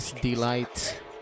Delight